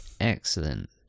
Excellent